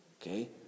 okay